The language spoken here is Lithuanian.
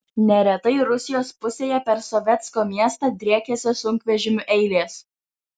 neretai rusijos pusėje per sovetsko miestą driekiasi sunkvežimių eilės